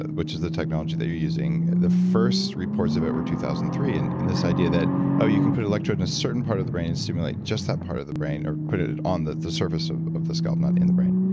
which is the technology that you're using, the first reports of it were two thousand and three, and and this idea that ah you can put an electrode in a certain part of the brain and stimulate just that part of the brain. or put it it on the the surface of of the scalp, not in the brain.